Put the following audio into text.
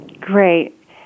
Great